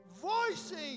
voicing